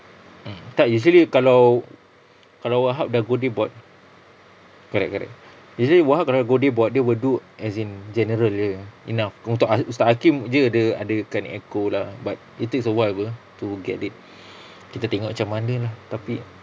mm tak usually kalau kalau wahab dah godeh board correct correct usually wahab kalau godeh board dia will do as in general jer enough kalau unt~ uh ustaz hakeem dia adakan echo lah but it takes a while [pe] to get it kita tengok macam mana lah tapi